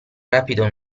rapido